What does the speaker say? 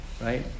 Right